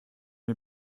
mir